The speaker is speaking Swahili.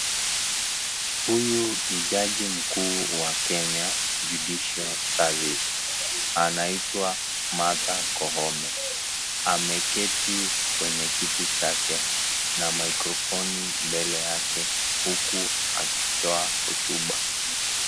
Huyu ni jaji mkuu wa(CS )Kenya Judicial Service(CS)anaitwa Martha Koome. Ameketi kwenye kiti chake na (CS)mikrofoni(CS) mbele yake huku akitoa hotuba.